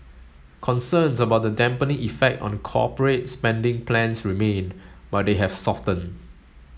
concerns about the dampening effect on the corporate spending plans remain but they have softened